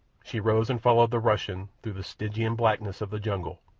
she rose and followed the russian through the stygian blackness of the jungle,